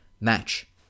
match